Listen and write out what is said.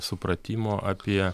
supratimo apie